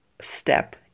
step